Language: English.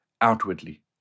outwardly